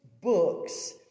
books